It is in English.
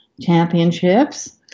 Championships